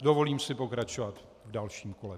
Dovolím si pokračovat v dalším kole.